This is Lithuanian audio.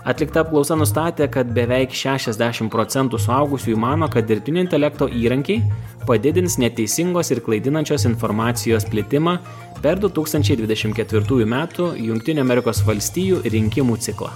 atlikta apklausa nustatė kad beveik šešiasdešim procentų suaugusiųjų mano kad dirbtinio intelekto įrankiai padidins neteisingos ir klaidinančios informacijos plitimą per du tūkstančiai dvidešim ketvirtųjų metų jungtinių amerikos valstijų rinkimų ciklą